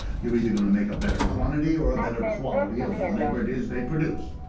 you're either going to make a better quantity or a better quality of whatever it is they produce.